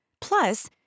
Plus